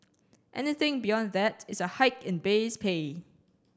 anything beyond that is a hike in base pay